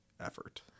effort